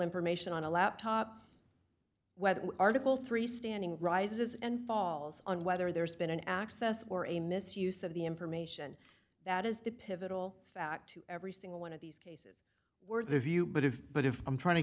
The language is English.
information on a laptop whether article three standing rises and falls on whether there's been an access or a misuse of the information that is the pivotal fact to every single one of these cases were the view but if but if i'm trying to